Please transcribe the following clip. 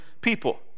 people